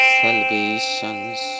salvations